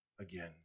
again